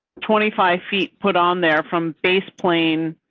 twenty five feet put on there from base plane.